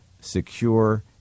secure